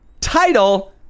title